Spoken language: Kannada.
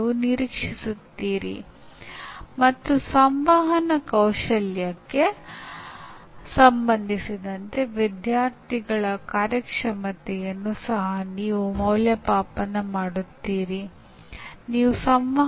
ಏಕೆಂದರೆ ಯಾವುದೇ ಸೆಮಿಸ್ಟರ್ನ ಆರಂಭದಲ್ಲಿ ಒಬ್ಬ ವಿದ್ಯಾರ್ಥಿ ನಿಜವಾಗಿಯೂ ಪರೀಕ್ಷೆಯಲ್ಲಿ ಉತ್ತಮ ಸಾಧನೆ ಮಾಡಲು ಬಯಸುತ್ತಾನೆ